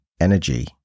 energy